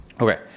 Okay